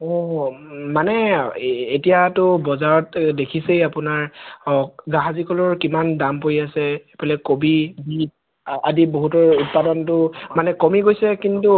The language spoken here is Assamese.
অ মানে এতিয়াতো বজাৰত দেখিছেই আপোনাৰ হওক জাহাজী কলৰ কিমান দাম পৰি আছে ইফালে কবি বীত আদি বহুতৰ উৎপাদনটো মানে কমি গৈছে কিন্তু